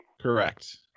Correct